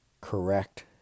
correct